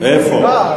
איפה?